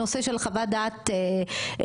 הנושא של חוות דעת רפואית,